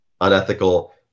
unethical